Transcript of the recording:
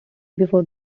before